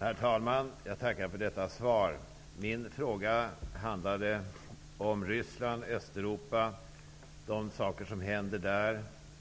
Herr talman! Jag tackar för svaret. Min fråga handlade om Ryssland och Östeuropa och vad som händer där.